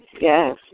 Yes